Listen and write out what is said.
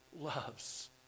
loves